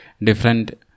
different